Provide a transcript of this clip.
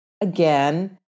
again